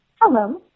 Hello